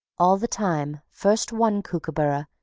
all the time, first one kookooburra,